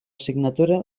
signatura